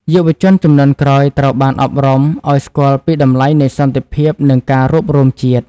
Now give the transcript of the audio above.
យុវជនជំនាន់ក្រោយត្រូវបានអប់រំឱ្យស្គាល់ពីតម្លៃនៃសន្តិភាព និងការរួបរួមជាតិ។